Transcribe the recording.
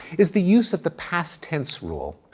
is the use of the past tense rule.